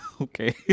Okay